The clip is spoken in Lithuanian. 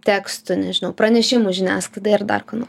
tekstų nežinau pranešimų žiniasklaidai ar dar ko nor